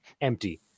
empty